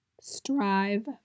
Strive